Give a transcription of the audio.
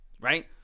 right